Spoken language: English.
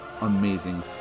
amazing